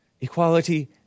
Equality